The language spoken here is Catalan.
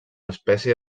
espècie